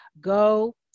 go